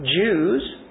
Jews